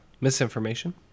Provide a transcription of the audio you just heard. misinformation